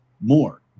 more